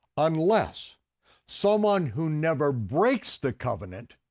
unless someone who never breaks the covenant